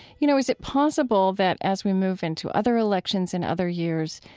you know, is it possible that, as we move into other elections in other years,